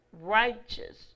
righteous